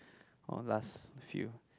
oh last few